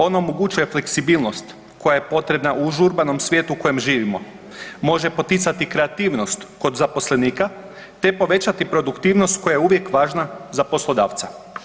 On omogućuje fleksibilnost koja je potreba u užurbanom svijetu u kojem živimo, može poticati kreativnost kod zaposlenika te povećati produktivnost koja je uvijek važna za poslodavca.